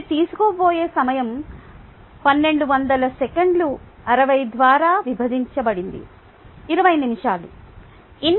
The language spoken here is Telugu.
ఇది తీసుకోబోయే సమయం 1200 సెకన్లు 60 ద్వారా విభజించబడింది 20 నిమిషాలు